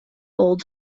old